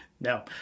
no